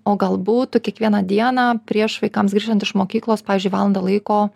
o galbūt tu kiekvieną dieną prieš vaikams grįžtant iš mokyklos pavyzdžiui valandą laiko